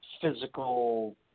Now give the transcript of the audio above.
physical